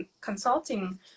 consulting